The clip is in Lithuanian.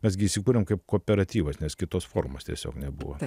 mes gi įsikūrėm kaip kooperatyvas nes kitos formos tiesiog nebuvo